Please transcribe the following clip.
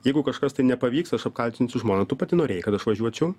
jeigu kažkas tai nepavyks aš apkaltinsiu žmoną tu pati norėjai kad aš važiuočiau